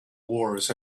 wars